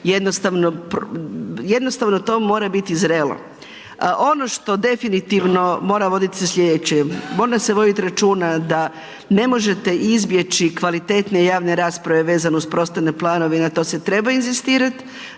jednostavno to mora biti zrelo. Ono što definitivno mora voditi o sljedećem. Mora se voditi računa da ne možete izbjeći kvalitetne javne rasprave vezano uz prostorne planove i na to se treba inzistirati,